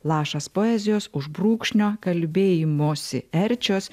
lašas poezijos už brūkšnio kalbėjimosi erčios